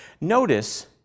Notice